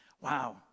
wow